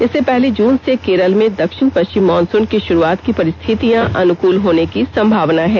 इससे पहली जुन से केरल में दक्षिण पश्चिम मानसुन की शुरुआत की परिस्थितियां अनुकूल होने की संभावना है